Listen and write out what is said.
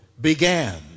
began